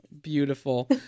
beautiful